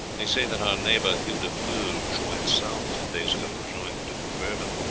they say that our neighbour hugh de fruges went south ten days ago to join the duke of bourbon